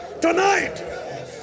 tonight